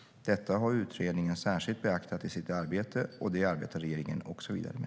Detta har utredningen särskilt beaktat i sitt arbete och det arbetar regeringen också vidare med.